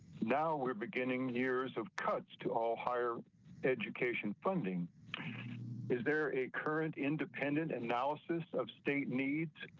now we're beginning years of cuts to all higher education funding is there a current independent analysis of state needs.